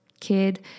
kid